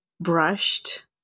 brushed